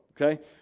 okay